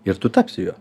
ir tu tapsi juo